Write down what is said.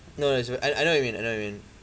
no no it's I know what you mean I know what you mean